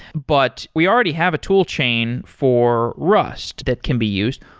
but we already have a tool chain for rust that can be used.